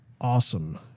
awesome